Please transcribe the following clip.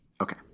okay